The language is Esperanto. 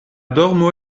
dormo